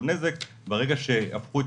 חברת הכנסת קרן ברק וחבר הכנסת מיקי לוי דחפו את